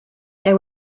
there